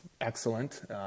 excellent